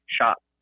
shop